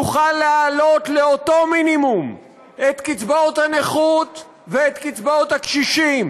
נוכל להעלות לאותו מינימום את קצבאות הנכות ואת קצבאות הקשישים,